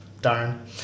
Darn